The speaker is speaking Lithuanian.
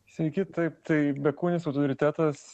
sveiki taip tai bekūnis autoritetas